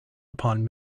upon